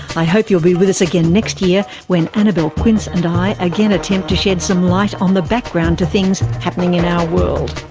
i hope you'll be with us again next year when annabelle quince and i again attempt to shed some light on the background to things happening in our world.